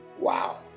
Wow